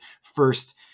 first